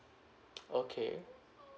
okay